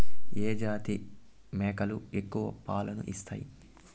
ఏ జాతి మేకలు ఎక్కువ పాలను ఇస్తాయి?